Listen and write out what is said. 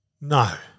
No